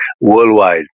worldwide